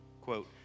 Quote